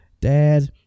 Dad